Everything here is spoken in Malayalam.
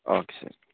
ഓക്കെ ശരി